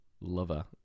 lover